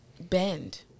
bend